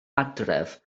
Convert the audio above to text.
adref